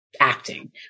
acting